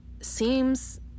seems